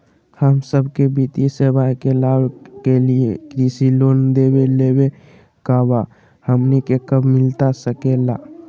हम सबके वित्तीय सेवाएं के लाभ के लिए कृषि लोन देवे लेवे का बा, हमनी के कब मिलता सके ला?